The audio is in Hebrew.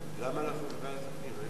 רוצה לשמוע את העמדה של משרד החוץ באמת.